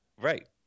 Right